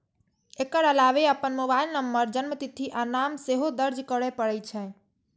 एकर अलावे अपन mobile number, जन्मतिथि आ नाम सेहो दर्ज करय पड़ै छै